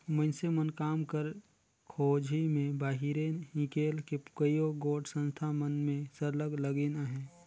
मइनसे मन काम कर खोझी में बाहिरे हिंकेल के कइयो गोट संस्था मन में सरलग लगिन अहें